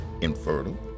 infertile